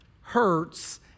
hurts